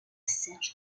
serge